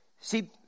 See